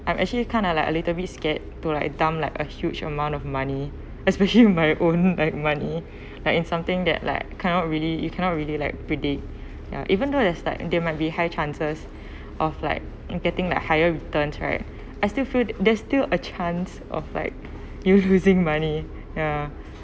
I'm actually kind of like a little bit scared to like dump like a huge amount of money especially my own like money like in something that like cannot really you cannot really like predict ya even though that's like they might be high chances of like in getting like higher return right I still feel there's still a chance of like you losing money ya